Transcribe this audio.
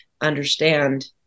understand